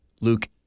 luke